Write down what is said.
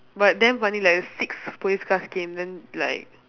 but damn funny like six police cars came then like